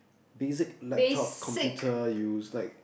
basic laptop computer use like